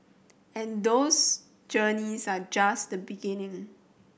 and those journeys are just the beginning